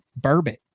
burbot